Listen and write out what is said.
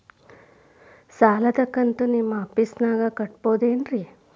ಸಾಲದ ಕಂತು ನಿಮ್ಮ ಆಫೇಸ್ದಾಗ ಕಟ್ಟಬಹುದೇನ್ರಿ?